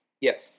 Yes